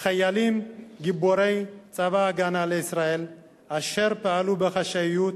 החיילים גיבורי צבא-הגנה לישראל אשר פעלו בחשאיות